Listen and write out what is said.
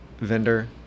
vendor